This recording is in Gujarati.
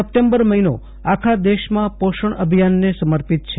સપ્ટેમ્બર મહિનો આખા દેશમાં પોષણ અભિયાનને સમર્પિત છે